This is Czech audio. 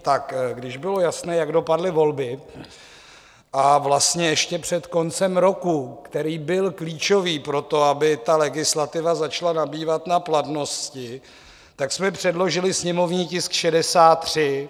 Tak když bylo jasné, jak dopadly volby, a vlastně ještě před koncem roku, který byl klíčový pro to, aby legislativa začala nabývat na platnosti, jsme předložili sněmovní tisk 63.